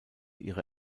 ihre